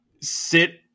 sit